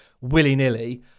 willy-nilly